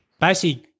basic